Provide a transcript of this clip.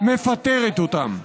מפטרת אותם.